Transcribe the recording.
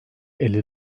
elli